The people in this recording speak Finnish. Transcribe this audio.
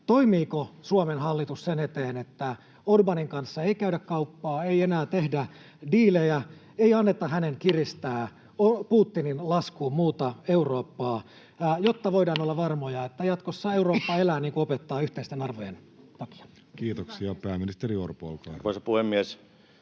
toimiiko Suomen hallitus sen eteen, että Orbánin kanssa ei käydä kauppaa, ei enää tehdä diilejä, ei anneta hänen kiristää Putinin laskuun muuta Eurooppaa, jotta voidaan olla varmoja, että jatkossa Eurooppa elää niin kuin opettaa yhteisten arvojen takia? [Speech 40] Speaker: Jussi Halla-aho